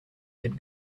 had